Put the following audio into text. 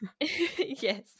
yes